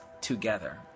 together